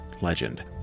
legend